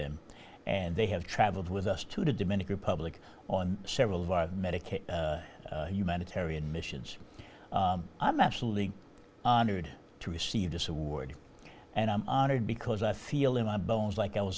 them and they have traveled with us to the dominican republic on several of our medicaid humanitarian missions i'm absolutely honored to receive this award and i'm honored because i feel in my bones like